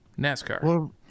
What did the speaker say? NASCAR